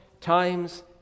time's